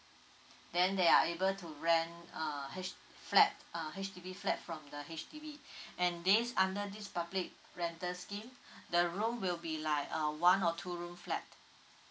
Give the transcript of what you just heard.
then they are able to rent uh H~ flat uh H_D_B flat from the H_D_B and this under this public rental scheme the room will be like uh one or two room flat